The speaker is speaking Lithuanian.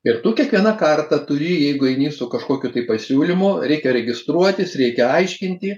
ir tu kiekviena kartą turi jeigu eini su kažkokiu tai pasiūlymu reikia registruotis reikia aiškinti